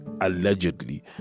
allegedly